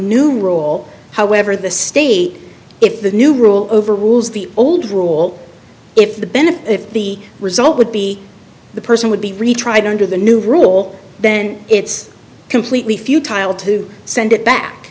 new role however the state if the new rule over rules the old rule if the benefit if the result would be the person would be retried under the new rule then it's completely futile to send it back